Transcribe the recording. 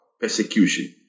persecution